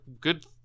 good